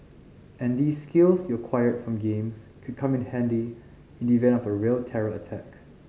and these skills you acquired from games could come in handy in the event of a real terror attack